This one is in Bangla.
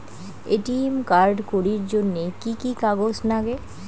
এ.টি.এম কার্ড করির জন্যে কি কি কাগজ নাগে?